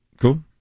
Cool